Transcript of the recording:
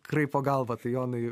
kraipo galvą tai jonai